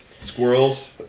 squirrels